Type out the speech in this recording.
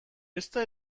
ezta